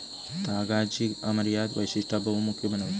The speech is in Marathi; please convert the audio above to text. तागाची अमर्याद वैशिष्टा बहुमुखी बनवतत